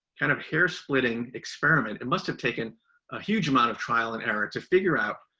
kind of hairsplitting experiment. it must've taken a huge amount of trial and error to figure out,